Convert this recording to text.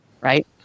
right